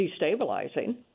destabilizing